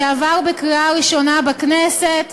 שעבר בקריאה ראשונה בכנסת,